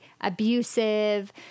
abusive